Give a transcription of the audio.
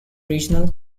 regional